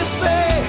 say